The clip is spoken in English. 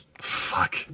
Fuck